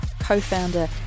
co-founder